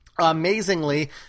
Amazingly